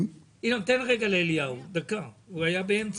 אתה תבין למה אני חושב שמדובר כאן באי הבנה.